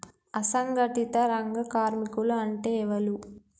అసంఘటిత రంగ కార్మికులు అంటే ఎవలూ?